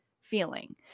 feeling